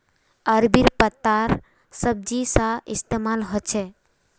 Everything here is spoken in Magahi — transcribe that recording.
अरबी पत्तार सब्जी सा इस्तेमाल होछे